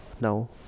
no